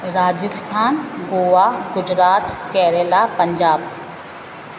Rajasthan Goa Gujarat Kerala Punjab